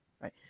right